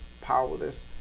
powerless